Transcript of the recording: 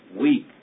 weak